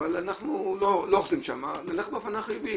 אבל אנחנו לא רוצים שם, ללכת באופן החיובי.